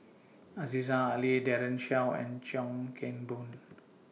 Aziza Ali Daren Shiau and Chuan Keng Boon